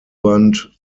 band